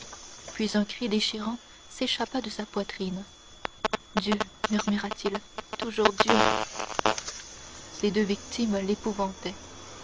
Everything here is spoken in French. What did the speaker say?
puis un cri déchirant s'échappa de sa poitrine dieu murmura-t-il toujours dieu ces deux victimes l'épouvantaient